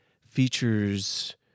features